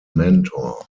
mentor